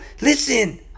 Listen